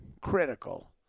critical